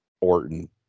Orton